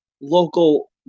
local